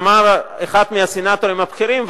אמר אחד הסנטורים הבכירים,